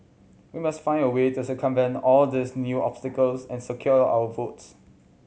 we must find a way to circumvent all these new obstacles and secure our votes